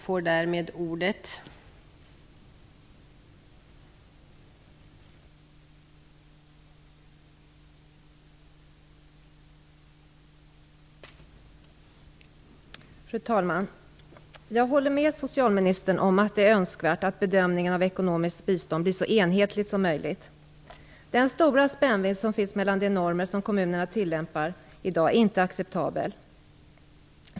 Fru talman! Jag håller med socialministern om att det är önskvärt att bedömningen av ekonomiskt bistånd blir så enhetlig som möjligt. Den stora spännvidd som i dag finns mellan de normer som kommunerna tillämpar är inte acceptabel.